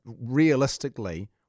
realistically